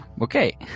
Okay